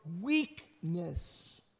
Weakness